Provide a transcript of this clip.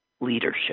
leadership